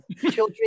children